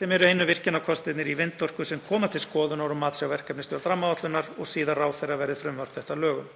sem eru einu virkjunarkostirnir í vindorku sem koma til skoðunar og mats hjá verkefnisstjórn rammaáætlunar og síðar ráðherra verði frumvarp þetta að lögum.